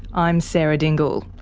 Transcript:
i'm sarah dingle.